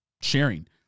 sharing